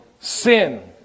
sin